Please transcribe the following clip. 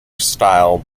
style